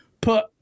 put